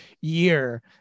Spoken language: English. year